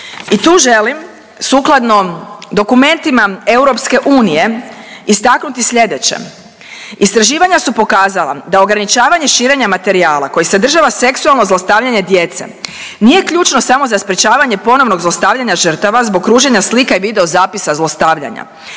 I tu želim sukladno dokumentima EU istaknuti slijedeće. Istraživanja su pokazala da ograničavanje širenja materijala koji sadržava seksualno zlostavljanje djece nije ključno samo za sprječavanje ponovnog zlostavljanja žrtava zbog kruženja slika i videozapisa zlostavljanja